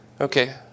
Okay